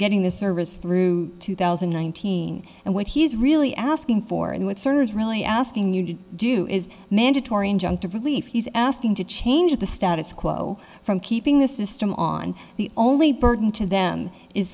getting this service through two thousand and nineteen and what he's really asking for and what serves really asking you to do is mandatory injunctive relief he's asking to change the status quo from keeping the system on the only burden to them is